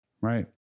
Right